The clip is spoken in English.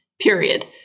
period